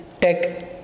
tech